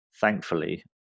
thankfully